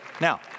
Now